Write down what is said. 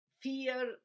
fear